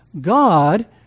God